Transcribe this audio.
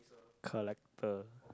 collector